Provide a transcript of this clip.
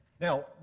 Now